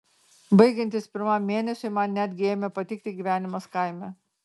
baigiantis pirmam mėnesiui man netgi ėmė patikti gyvenimas kaime